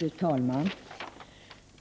Fru talman!